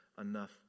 enough